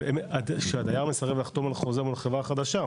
אבל שהדייר מסרב לחתום על החוזה מול החברה החדשה,